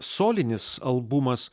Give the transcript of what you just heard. solinis albumas